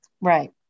Right